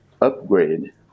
upgrade